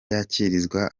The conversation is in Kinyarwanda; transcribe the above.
yakirizwa